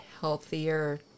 healthier